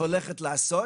הולכת לעשות,